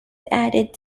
added